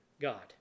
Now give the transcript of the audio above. God